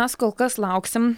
mes kol kas lauksim